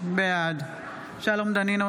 בעד שלום דנינו,